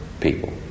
people